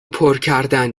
پرکردن